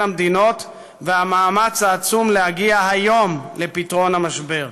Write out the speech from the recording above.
המדינות והמאמץ העצום להגיע היום לפתרון המשבר.